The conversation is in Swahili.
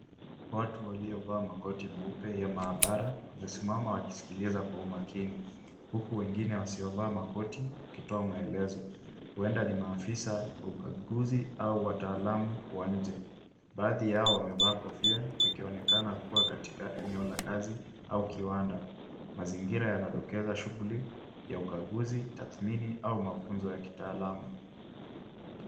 Watu waliovaa makoti meupe ya maabara wamesimama wakisikiliza kwa umakini, huku wengine wasiovaa makoti wakitoa maelezo, huenda ni maafisa wa ukaguzi au wataalamu wa nje, baadhi yao wamevaa kofia wakionekana kua katika eneo la kazi au kiwanda. Mazingira yanadokeza shughuli ya ukaguzi, tathmini au mafunzo yakitaalamu.